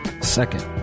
Second